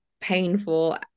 painful